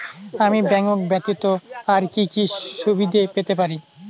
আমি ব্যাংক ব্যথিত আর কি কি সুবিধে পেতে পারি?